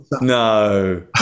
No